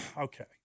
okay